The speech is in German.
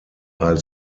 als